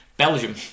Belgium